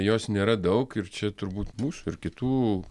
jos nėra daug ir čia turbūt mūsų ir kitų